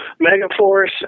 Megaforce